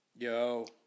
Yo